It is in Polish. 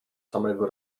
samego